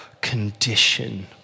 condition